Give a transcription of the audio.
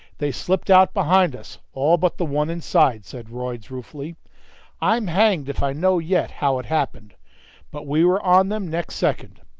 they slipped out behind us, all but the one inside, said royds, ruefully i'm hanged if i know yet how it happened but we were on them next second.